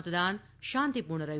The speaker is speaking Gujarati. મતદાન શાંતિપૂર્ણ રહ્યું